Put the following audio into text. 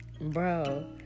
Bro